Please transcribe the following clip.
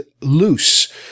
loose